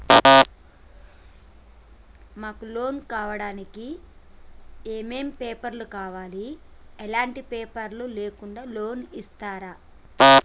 మాకు లోన్ కావడానికి ఏమేం పేపర్లు కావాలి ఎలాంటి పేపర్లు లేకుండా లోన్ ఇస్తరా?